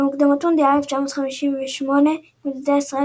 במוקדמות מונדיאל 1958 התמודדה ישראל